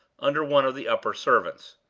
under one of the upper servants.